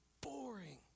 boring